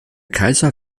kaiser